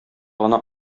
гына